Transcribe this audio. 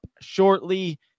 shortly